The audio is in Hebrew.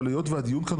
אבל היות והדיון כאן,